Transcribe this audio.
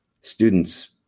students